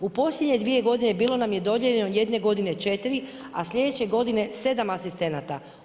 U posljednje 2 godine, bilo nam je dodijeljeno jedne godine 4, a sljedeće godine 7 asistenata.